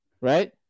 right